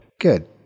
Good